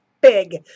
big